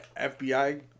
FBI